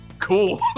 Cool